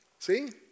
See